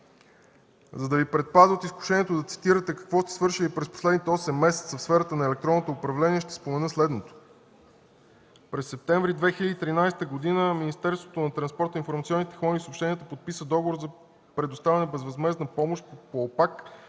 За да Ви предпазя от изкушението да цитирате какво сте свършили през последните осем месеца в сферата на електронното управление, ще спомена следното. През месец септември 2013 г. Министерството на транспорта, информационните технологии и съобщения подписа договор за предоставяне на безвъзмездна помощ по